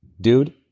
dude